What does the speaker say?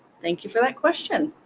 thank you for that question.